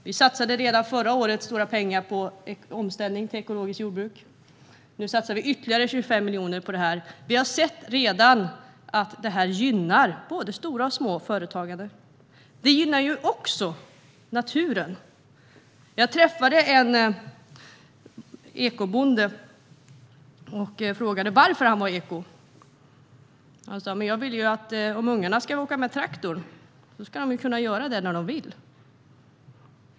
Vi satsade redan förra året stora pengar på omställning till ekologiskt jordbruk. Nu satsar vi ytterligare 25 miljoner på det här. Vi har redan sett att det gynnar både stora och små företagare. Det gynnar också naturen. Jag träffade en ekobonde och frågade varför var han var ekobonde. Han sa: Jag vill att ungarna ska få åka traktor när de vill.